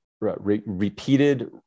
repeated